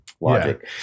logic